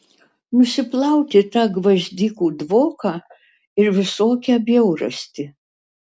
nusiplauti tą gvazdikų dvoką ir visokią bjaurastį